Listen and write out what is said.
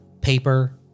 paper